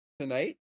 tonight